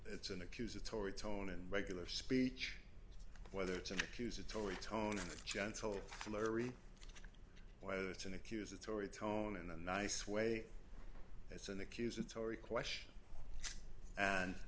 it's an accusatory tone and regular speech whether it's an accusatory tone or gentle flurry whether it's an accusatory tone in a nice way that's an accusatory question and